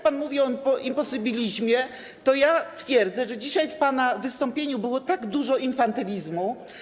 Pan mówi o imposybilizmie, a ja twierdzę, że dzisiaj w pana wystąpieniu było dużo infantylizmu.